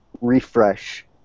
refresh